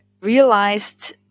realized